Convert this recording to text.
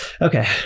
Okay